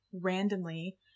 randomly